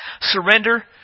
surrender